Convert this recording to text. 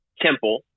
temple